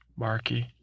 Barkey